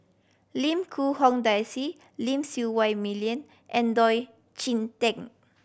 Lim Quee Hong Daisy Lim Siew Wai Million and Oon Jin Teik